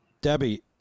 Debbie